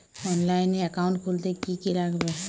অনলাইনে একাউন্ট খুলতে কি কি লাগবে?